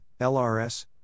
LRS